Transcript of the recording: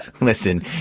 Listen